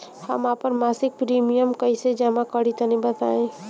हम आपन मसिक प्रिमियम कइसे जमा करि तनि बताईं?